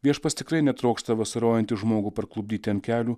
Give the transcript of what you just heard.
viešpats tikrai netrokšta vasarojantį žmogų parklupdyti ant kelių